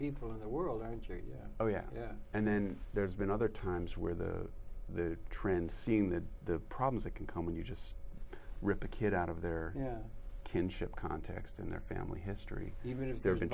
people in the world aren't you yeah oh yeah yeah and then there's been other times where the the trend seeing the problems that can come when you just rip a kid out of their yeah kinship context and their family history even if there